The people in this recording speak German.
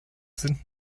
sind